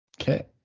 Okay